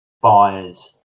buyers